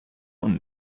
und